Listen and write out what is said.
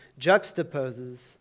juxtaposes